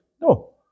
No